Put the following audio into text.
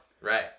Right